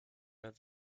der